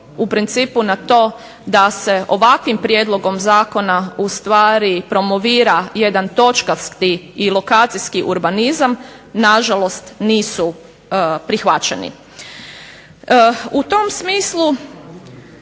u principu na to da se ovakvim prijedlogom zakona u stvari promovira jedan točkasti i lokacijski urbanizam na žalost nisu prihvaćeni. U tom smislu